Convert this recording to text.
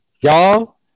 Y'all